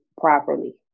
properly